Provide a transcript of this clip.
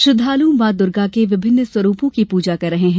श्रद्दालु मॉ दुर्गा के विभिन्न स्वरूपों की पूजा कर रहे हैं